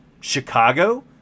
Chicago